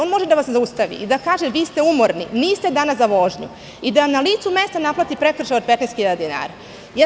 On može da vas zaustavi i da kaže – vi ste umorni, niste danas za vožnju i da vam na licu mesta naplate prekršaj od 15 hiljada dinara.